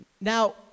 Now